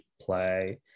play